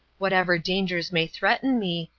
whatever dangers may threaten me,